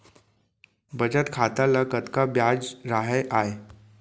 बचत खाता ल कतका ब्याज राहय आय?